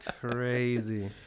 crazy